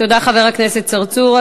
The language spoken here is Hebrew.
תודה, חבר הכנסת צרצור.